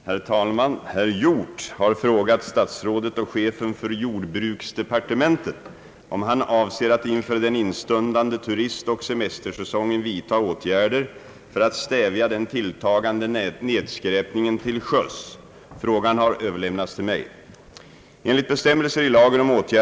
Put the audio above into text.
Herr talman! Herr Hjorth har frågat statsrådet och chefen för jordbruksdepartementet om han avser att inför den instundande turistoch semestersäsongen vidta åtgärder för att stävja den tilltagande nedskräpningen till sjöss. Frågan har överlämnats till mig.